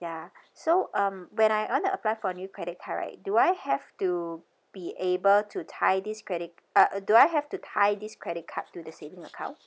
ya so um when I want to apply for a new credit card right do I have to be able to tie this credit uh do I have to tie this credit card to the saving account